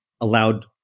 allowed